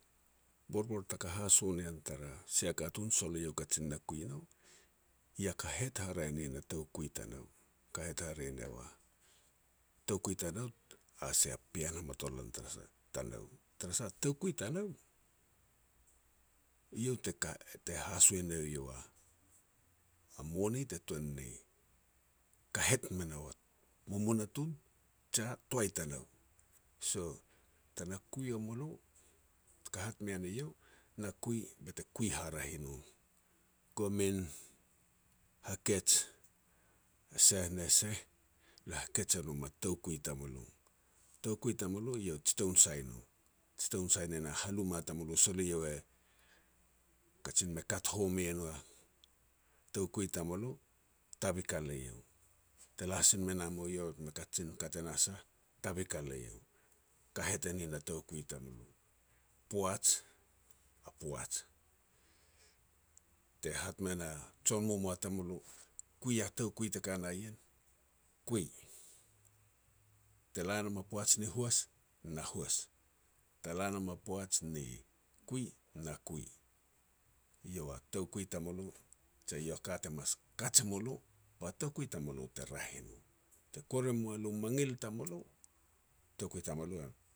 Borbor taka hoso nean tara sia katun sol eiau kajin na kui no, ia kahet haraeh nin a toukui tanou. Kahet ha ri niau na toukui tanou a sia pean hamatolan tanou. Tara sah toukui tanou, eiau te ka haso ne iau a mone te tuan ni kahet me nou munatun jia toai tanou. So, te na kui ua mulo, taka hat mean eiau, na kui bete kui haraeh i nom. Komin hakej e seh ne seh, le hakej e nom a toukui tamulo. Toukui tamulo eiau tsitoun sai no, tsitoun sai ne na haluma i tamulo sol eiau e kajin me kat home e no a toukui tamulo, tavikal eiau. Te la sin me na mou eiau me kajin kat e na sah, tavikal eiau. Kahet e nin a toukui tamulo. Poaj, a poaj, te hat me na jon momoa tamulo kui a toukui te ka no ien, kui, te la nam a poaj ni huas, na huas, te la nam a poaj ni kui, na kui, eiau a toukui tamulo, je eiau a ka te mas kaj e mulo, ba toukui tamulo te raeh i no, te kuer mua lo mangil tamu lo, toukui tamulo e